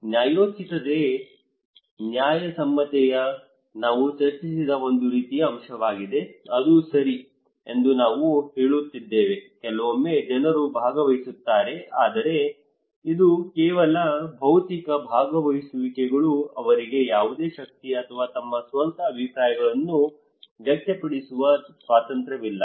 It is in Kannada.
ನ್ಯಾಯೋಚಿತತೆ ನ್ಯಾಯಸಮ್ಮತತೆಯು ನಾವು ಚರ್ಚಿಸಿದ ಒಂದು ರೀತಿಯ ಅಂಶವಾಗಿದೆ ಅದು ಸರಿ ಎಂದು ನಾವು ಹೇಳುತ್ತಿದ್ದೇವೆ ಕೆಲವೊಮ್ಮೆ ಜನರು ಭಾಗವಹಿಸುತ್ತಾರೆ ಆದರೆ ಇದು ಕೇವಲ ಭೌತಿಕ ಭಾಗವಹಿಸುವಿಕೆಗಳು ಅವರಿಗೆ ಯಾವುದೇ ಶಕ್ತಿ ಅಥವಾ ತಮ್ಮ ಸ್ವಂತ ಅಭಿಪ್ರಾಯಗಳನ್ನು ವ್ಯಕ್ತಪಡಿಸುವ ಸ್ವಾತಂತ್ರ್ಯವಿಲ್ಲ